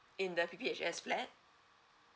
in the P P H S flat